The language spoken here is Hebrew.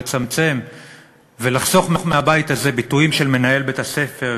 לצמצם ולחסוך מהבית הזה ביטויים של מנהל בית-הספר,